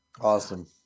Awesome